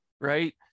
right